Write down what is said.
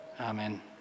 Amen